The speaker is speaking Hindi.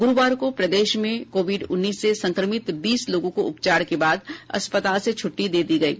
गुरूवार को प्रदेश में कोविड उन्नीस से संक्रमित बीस लोगों को उपचार के बाद अस्पताल से छुट्टी दे दी गयी